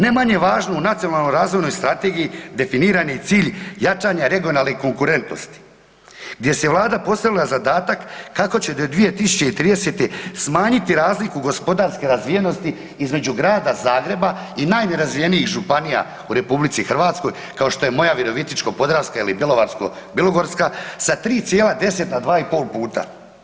Ne manje važno u nacionalnoj razvojnoj strategiji definiran je cilj jačanja regionalne konkurentnosti gdje si je Vlada postavila zadatak kako će do 2030.-te smanjiti razliku gospodarske razvijenosti između Grada Zagreba i najnerazvijenijih županija u RH kao što je moja Virovitičko-podravska ili Bjelovarsko-bilogorska sa 3,10 na 2,5 puta.